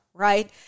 right